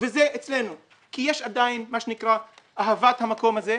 וזה קורה אצלנו כי יש עדיין מה שנקרא אהבת המקום הזה,